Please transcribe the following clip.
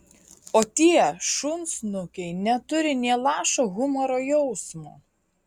o tie šunsnukiai neturi nė lašo humoro jausmo